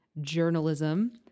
journalism